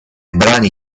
brani